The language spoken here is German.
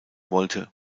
wollte